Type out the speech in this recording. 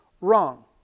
wrong